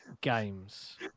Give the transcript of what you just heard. games